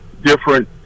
different